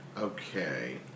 Okay